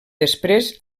després